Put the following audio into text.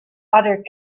other